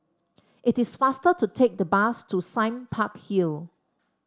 it is faster to take the bus to Sime Park Hill